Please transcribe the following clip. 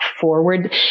forward